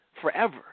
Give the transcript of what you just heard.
forever